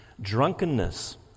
drunkenness